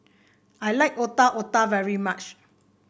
I like Otak Otak very much